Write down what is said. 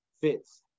fits